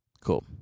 Cool